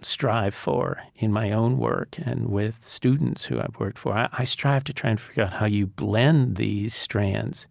strive for in my own work, and with students who i've worked for, i strive to try and figure out how you blend these strands.